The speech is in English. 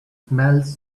smells